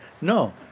No